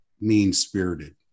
mean-spirited